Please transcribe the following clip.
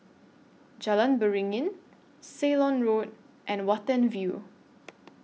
Jalan Beringin Ceylon Road and Watten View